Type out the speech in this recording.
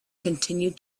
continued